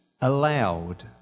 allowed